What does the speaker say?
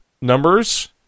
numbers